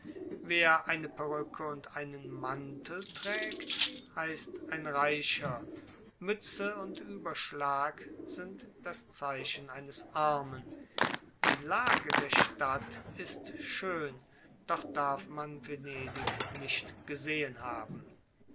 wer eine perücke und einen mantel trägt heißt ein reicher mütze und überschlag sind das zeichen eines armen die lage der stadt ist schön doch darf man venedig nicht gesehen haben